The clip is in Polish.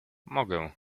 mogę